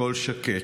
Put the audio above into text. בקול שקט.